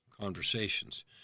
conversations